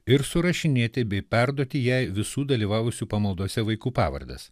ir surašinėti bei perduoti jai visų dalyvavusių pamaldose vaikų pavardes